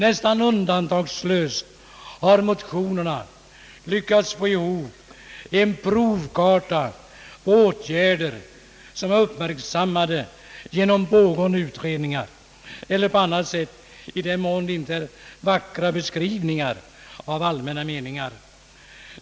Nästan undantagslöst har motionärerna lyckats få ihop en provkarta på åtgärder som redan är föremål för pågående utredning eller uppmärksammade på annat sätt — i den mån det inte bara är vackra beskrivningar av allmänna meningar.